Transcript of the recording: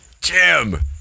Jim